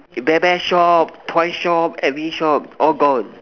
bear bear shop toy shop every shop all gone